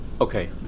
Okay